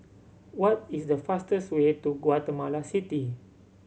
what is the fastest way to Guatemala City